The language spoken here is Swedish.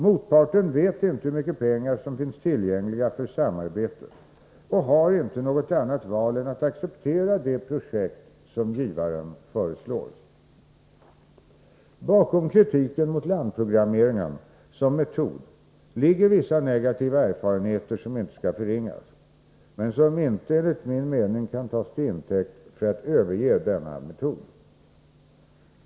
Motparten vet inte hur mycket pengar som finns tillgängliga för samarbete och har inte något annat val än att acceptera de projekt som givaren föreslår. Bakom kritiken mot landprogrammeringen som metod ligger vissa negativa erfarenheter som inte skall förringas, men som inte enligt min mening kan tas till intäkt för att överge denna metod.